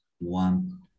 one